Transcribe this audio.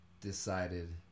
decided